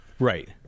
Right